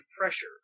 pressure